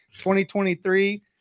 2023